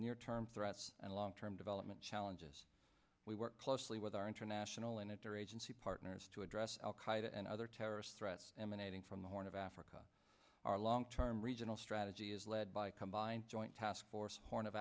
near term threats and long term development challenges we worked closely with our international and interagency partners to address al qaida and other terrorist threats emanating from the horn of africa our long term regional strategy is led by combined joint task force horn of